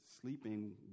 sleeping